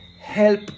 help